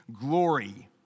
glory